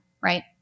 right